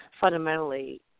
fundamentally